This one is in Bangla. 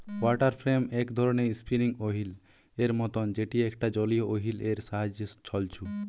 ওয়াটার ফ্রেম এক ধরণের স্পিনিং ওহীল এর মতন যেটি একটা জলীয় ওহীল এর সাহায্যে ছলছু